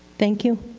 thank you.